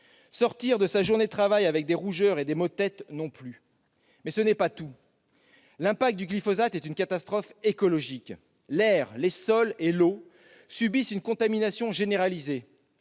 sortir de sa journée de travail avec des rougeurs et des maux de tête non plus. Mais ce n'est pas tout : l'impact du glyphosate est une catastrophe écologique. L'air, les sols et l'eau subissent une contamination généralisée.